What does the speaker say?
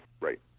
right